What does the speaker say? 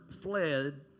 fled